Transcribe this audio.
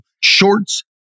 shorts